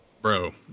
bro